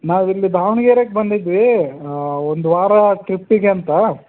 ನಾವಿಲ್ಲಿ ದಾವಣ್ಗೆರೆಗೆ ಬಂದಿದ್ವಿ ಒಂದು ವಾರ ಟ್ರಿಪ್ಪಿಗೆ ಅಂತ